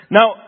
Now